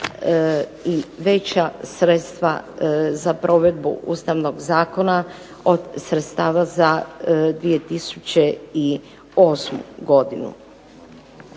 i veća sredstva za provedbu Ustavnog zakona od sredstava za 2008. godinu.